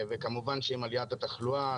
וכמובן עם עליית התחלואה,